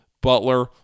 Butler